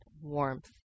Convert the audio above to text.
warmth